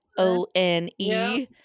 O-N-E